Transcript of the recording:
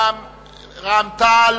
ורע"ם-תע"ל,